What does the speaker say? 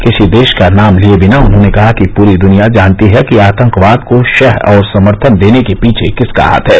किसी देश का नाम लिये बिना उन्होंने कहा कि पूरी द्निया जानती है कि आतंकवाद को शह और समर्थन देने के पीछे किसका हाथ है